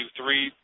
three